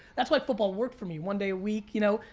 that's why football worked for me. one day a week, you know?